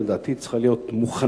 ולדעתי היא צריכה להיות מוכנה,